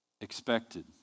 expected